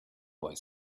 boy